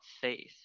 faith